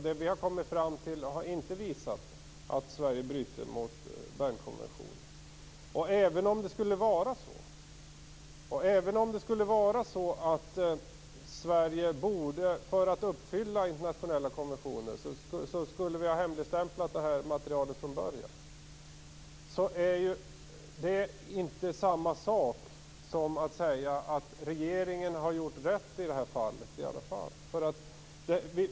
Det vi har kommit fram till har inte visat att Sverige bryter mot Även om det skulle vara så, och även om det skulle vara så att Sverige för att uppfylla internationella konventioner borde ha hemligstämplat det här materialet från början, är inte det samma sak som att säga att regeringen har gjort rätt i det här fallet.